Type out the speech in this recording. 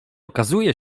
okazuje